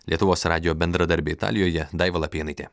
lietuvos radijo bendradarbė italijoje daiva lapėnaitė